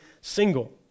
single